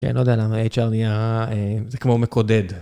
כן, לא יודע למה HR נהיה... זה כמו מקודד.